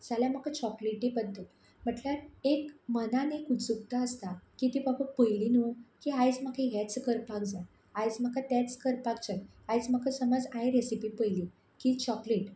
जाल्या म्हाका चॉकलेटी बद्दल म्हटल्यार एक मनान एक उत्सुकता आसता की ती बाबा पयली न्हू की आयज म्हाका हेंच करपाक जाय आयज म्हाका तेंच करपाक जाय आयज म्हाका समज हांवें रॅसिपी पळयली की चॉकलेट